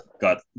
got